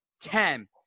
Ten